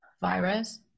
virus